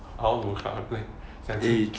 I wanted to go club and play then I say